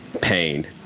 Pain